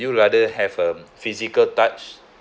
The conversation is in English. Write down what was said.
you rather have a physical touch